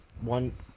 one